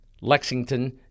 Lexington